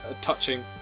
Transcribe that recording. touching